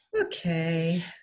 Okay